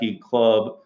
club